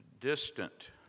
distant